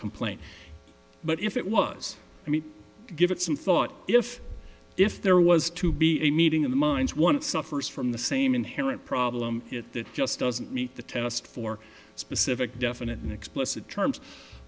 complaint but if it was i mean give it some thought if if there was to be a meeting of the minds one suffers from the same inherent problem yet that just doesn't meet the test for a specific definite an explicit terms